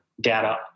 data